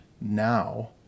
now